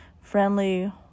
friendly